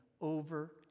over